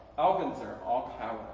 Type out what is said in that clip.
algenzir, all cower,